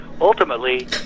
ultimately